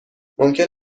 ممکن